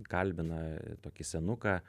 kalbina tokį senuką